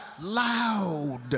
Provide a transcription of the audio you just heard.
loud